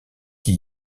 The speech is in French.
qui